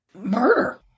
murder